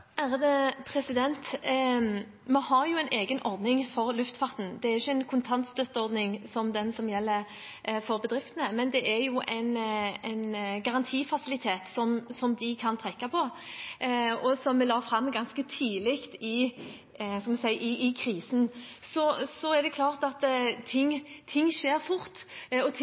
Vi har en egen ordning for luftfarten. Det er ikke en kontantstøtteordning, som den som gjelder for bedriftene, men det er en garantifasilitet som de kan trekke på, og som vi la fram ganske tidlig i krisen. Ting skjer fort, og ting utvikler seg fort, og det er klart at ting